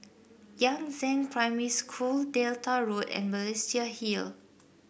Yangzheng Primary School Delta Road and Balestier Hill